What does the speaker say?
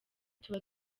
tuba